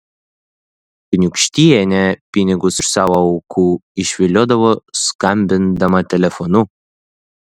kniūkštienė pinigus iš savo aukų išviliodavo skambindama telefonu